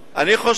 אני חושב